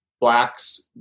blacks